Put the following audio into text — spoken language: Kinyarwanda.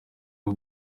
bwo